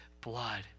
blood